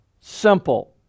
simple